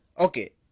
Okay